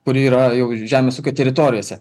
kuri yra jau žemės ūkio teritorijose